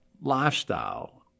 lifestyle